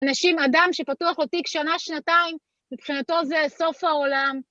אנשים, אדם שפתוח לו תיק כשנה-שנתיים, מבחינתו זה סוף העולם.